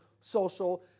social